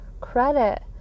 credit